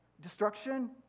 destruction